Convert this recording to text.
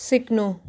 सिक्नु